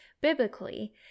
biblically